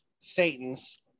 Satan's